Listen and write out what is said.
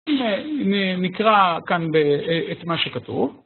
נקרא כאן ב..את מה שכתוב.